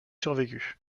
survécu